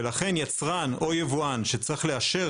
ולכן יצרן או יבואן שצריך לאשר,